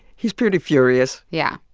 he's pretty furious yeah.